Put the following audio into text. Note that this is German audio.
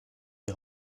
die